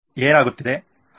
ಏನಾಗುತ್ತಿದೆ